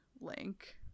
link